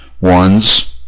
one's